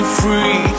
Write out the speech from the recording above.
Free